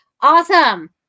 Awesome